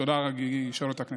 תודה, יושבת-ראש הכנסת.